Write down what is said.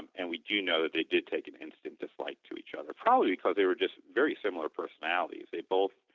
and we do know that they did take an instinct dislike to each other, probably because they were just very similar personalities, they both